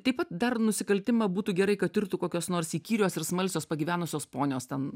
taip pat dar nusikaltimą būtų gerai kad tirtų kokios nors įkyrios ir smalsios pagyvenusios ponios ten